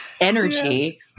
energy